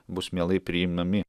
bus mielai priimami